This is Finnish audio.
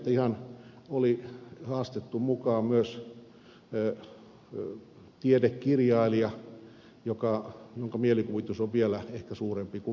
ihan oli haastettu mukaan myös tiedekirjailija jonka mielikuvitus on ehkä vielä suurempi kuin meidän